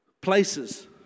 places